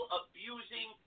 abusing